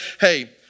Hey